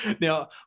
Now